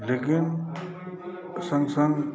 लेकिन सङ्ग सङ्ग